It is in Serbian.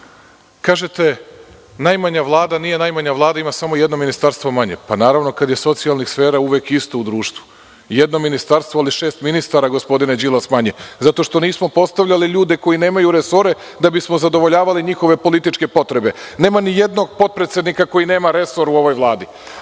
– najmanja Vlada, nije najmanja Vlada, ima samo jedno ministarstvo manje. Naravno kada je socijalnih sfera uvek isto u društvu. Jedno ministarstvo, ali šest ministara manje gospodine Đilase. Zato što nismo postavljali ljude koji nemaju resore da bismo zadovoljavali njihove političke potrebe. Nema nijednog potpredsednika koji nema resor u ovoj Vladi.